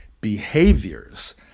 behaviors